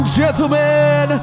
gentlemen